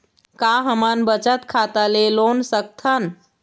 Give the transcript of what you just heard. का हमन बचत खाता ले लोन सकथन?